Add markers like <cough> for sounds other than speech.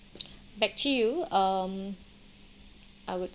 <breath> back to you um I would